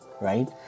right